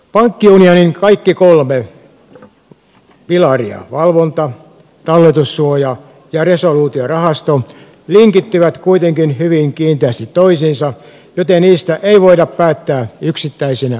pankkiunionin kaikki kolme pilaria valvonta talletussuoja ja resoluutiorahasto linkittyvät kuitenkin hyvin kiinteästi toisiinsa joten niistä ei voida päättää yksittäisinä asioina